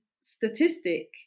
statistic